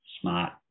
smart